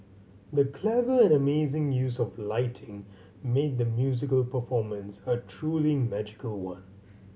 the clever and amazing use of lighting made the musical performance a truly magical one